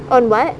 on what